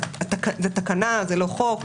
זו תקנה, זה לא חוק.